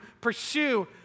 pursue